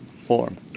form